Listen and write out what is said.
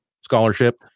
scholarship